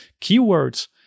keywords